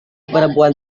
perempuan